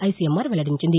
ICMR వెల్లడించింది